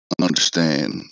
understand